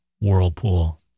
whirlpool